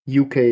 UK